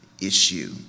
issue